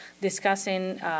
discussing